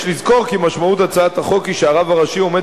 יש לזכור כי משמעות הצעת החוק היא שהרב הראשי עומד